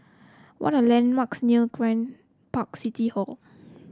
what are landmarks near Grand Park City Hall